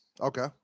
Okay